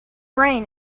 brain